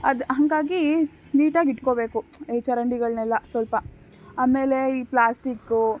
ಅದು ಹಾಗಾಗಿ ನೀಟಾಗಿ ಇಟ್ಕೋಬೇಕು ಈ ಚರಂಡಿಗಳನ್ನೆಲ್ಲ ಸ್ವಲ್ಪ ಆಮೇಲೆ ಈ ಪ್ಲಾಸ್ಟಿಕ್ಕು